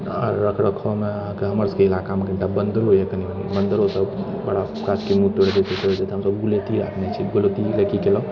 आ रख रखावमे अहाँकेँ हमर सभके इलाकामे कनिटा बन्दरो अछि कनिटा बन्दरो सभ बड़ा गाछके मुँह तोड़ि दैत ई तोड़ि देइत हम सभ गुलैन्ती रखने छी गुलैन्तीसँ की केलहुँ